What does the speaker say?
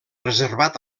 reservat